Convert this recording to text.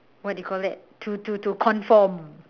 what do you call that to to to conform